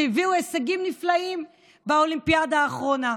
שהביאו הישגים נפלאים באולימפיאדה האחרונה.